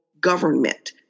Government